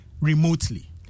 remotely